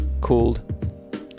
called